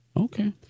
Okay